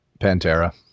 Pantera